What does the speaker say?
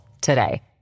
today